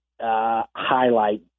highlight